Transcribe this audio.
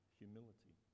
humility